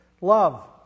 Love